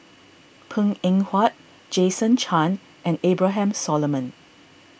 Png Eng Huat Jason Chan and Abraham Solomon